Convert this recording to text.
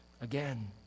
again